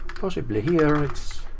possibly here. it